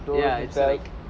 ya it's like